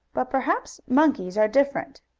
but perhaps monkeys are different.